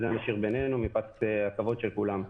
את זה נשאיר בינינו מפאת הכבוד של כולם.